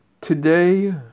Today